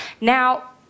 Now